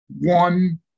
one